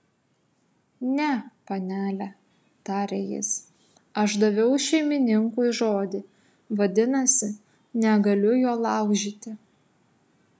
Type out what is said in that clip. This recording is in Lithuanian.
ne panele tarė jis aš daviau šeimininkui žodį vadinasi negaliu jo laužyti